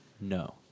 No